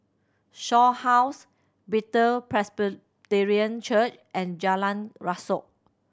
Shaw House Bethel Presbyterian Church and Jalan Rasok